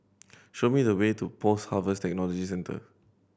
show me the way to Post Harvest Technology Centre